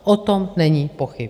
O tom není pochyb.